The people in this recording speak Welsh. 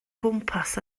gwmpas